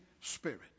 spirit